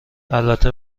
البته